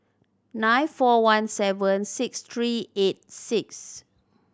nine four one seven six three eight six